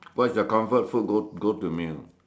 what is your comfort food go go to meal